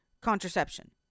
contraception